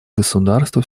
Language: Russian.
государства